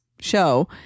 show